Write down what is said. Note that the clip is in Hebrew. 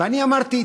ואני אמרתי,